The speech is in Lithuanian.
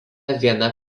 viena